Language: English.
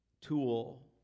tool